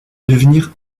devenir